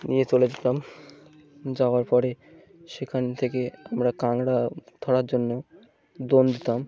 নিয়ে চলে যেতাম যাওয়ার পরে সেখান থেকে আমরা কাঁকড়া ধরার জন্য দোন দিতাম